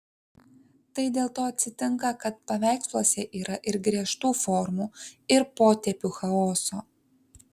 tai dėl to atsitinka kad paveiksluose yra ir griežtų formų ir potėpių chaoso